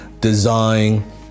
design